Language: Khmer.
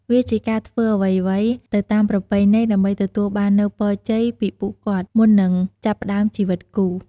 វាជាការធ្វើអ្វីៗទៅតាមប្រពៃណី ដើម្បីទទួលបាននូវ ពរជ័យ ពីពួកគាត់ មុននឹងចាប់ផ្តើមជីវិតគូ។